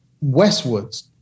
westwards